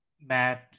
Matt